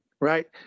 right